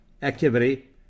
Activity